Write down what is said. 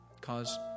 cause